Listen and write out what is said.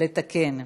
לתקן.